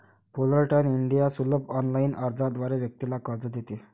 Fullerton India सुलभ online अर्जाद्वारे व्यक्तीला कर्ज देते